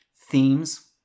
themes